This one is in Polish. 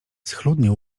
schludnie